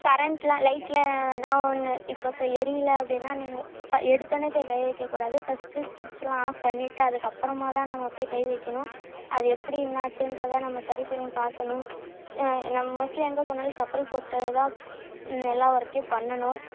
கரண்ட்லாம் லைட்லாம் ஏதா ஒன்று இப்போ ச எரியலை அப்படின்னா நீங்கள் எடுத்தவொன்னேயே போய் கை வைக்கக்கூடாது ஃபஸ்ட்டு சுவிட்செலாம் ஆஃப் பண்ணிட்டு அதுக்கப்புறமாதான் நம்ம போய் கை வைக்கணும் அது எப்படி என்ன ஆச்சுன்றதை நம்ம சரி பண்ணி பார்க்கணும் நான் மோஸ்லி எங்கே போனாலும் செப்பல் போட்டுதான் எல்லா ஒர்க்கையும் பண்ணணும்